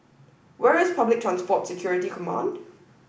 where is Public Transport Security Command